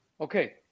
Okay